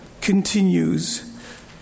continues